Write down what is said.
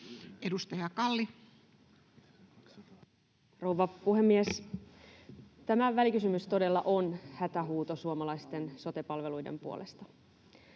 Content: Rouva puhemies! Tämä välikysymys todella on hätähuuto suomalaisten sote-palveluiden puolesta.